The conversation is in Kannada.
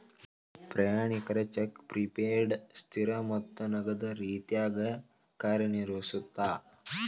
ಪ್ರಯಾಣಿಕರ ಚೆಕ್ ಪ್ರಿಪೇಯ್ಡ್ ಸ್ಥಿರ ಮೊತ್ತಕ್ಕ ನಗದ ರೇತ್ಯಾಗ ಕಾರ್ಯನಿರ್ವಹಿಸತ್ತ